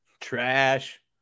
Trash